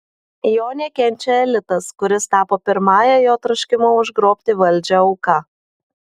jo nekenčia elitas kuris tapo pirmąja jo troškimo užgrobti valdžią auka